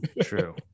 true